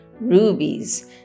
Rubies